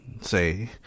say